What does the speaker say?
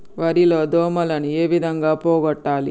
వరి లో దోమలని ఏ విధంగా పోగొట్టాలి?